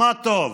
מה טוב.